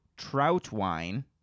Troutwine